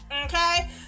Okay